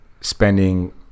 spending